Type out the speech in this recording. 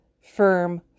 firm